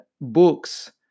books